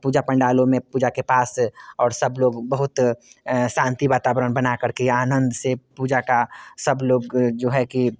पूजा पंडालों में पूजा के पास और सब लोग बहुत शांति वातावरण बना कर के आनंद से पूजा का सब लोग जो है कि